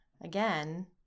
again